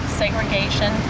segregation